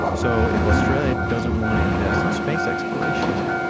so if australia doesn't want to invest in space exploration,